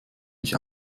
mich